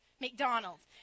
McDonald's